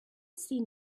sie